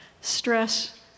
stress